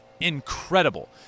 incredible